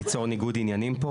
ליצור ניגוד עניינים פה?